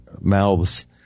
mouths